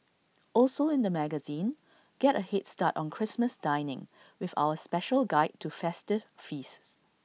also in the magazine get A Head start on Christmas dining with our special guide to festive feasts